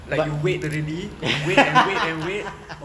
like you wait already you wait and wait and wait